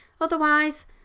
Otherwise